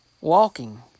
walking